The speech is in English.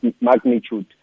magnitude